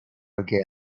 again